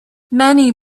many